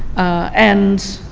and,